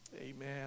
Amen